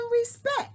respect